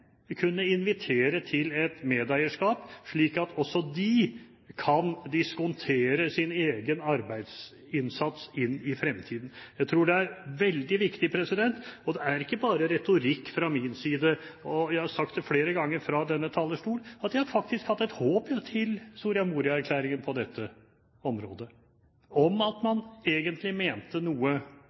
kunne invitere til et medeierskap, slik at også de kan diskontere sin egen arbeidsinnsats inn i fremtiden. Jeg tror det er veldig viktig, og det er ikke bare retorikk fra min side. Jeg har sagt flere ganger fra denne talerstol at jeg faktisk har hatt et håp til Soria Moria-erklæringen på dette området om at man egentlig mente noe